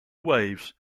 waves